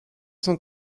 cent